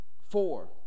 four